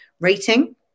rating